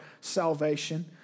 salvation